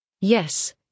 Yes